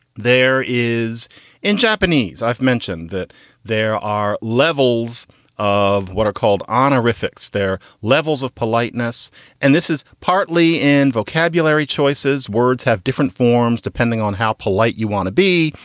there is in japanese i've mentioned that there are levels of what are called honorifics, their levels of politeness and this is partly in vocabulary choices. words have different forms, depending on how polite you want to be,